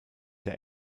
der